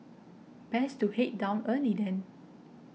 best to head down early then